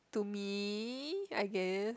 to me I guess